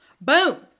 Boom